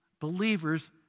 believers